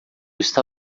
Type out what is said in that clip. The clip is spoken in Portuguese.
está